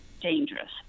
dangerous